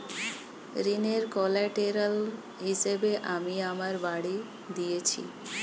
ঋনের কোল্যাটেরাল হিসেবে আমি আমার বাড়ি দিয়েছি